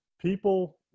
people